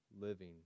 living